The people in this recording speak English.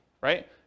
right